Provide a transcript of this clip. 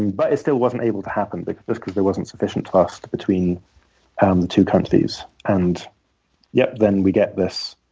but it still wasn't able to happen because because there wasn't sufficient trust between um two countries. and yeah then we get this